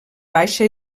baixa